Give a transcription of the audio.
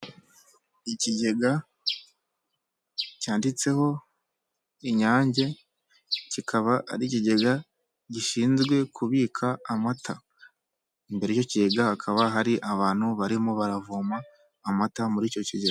Ikigega cyanditseho inyange kikaba ari ikigega gishinzwe kubika amata. Imbere y'ikigeyaga hakaba hari abantu barimo baravoma amata muri icyo kigega.